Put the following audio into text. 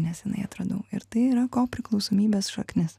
neseniai atradau ir tai yra ko priklausomybės šaknis